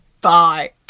Bye